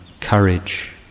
courage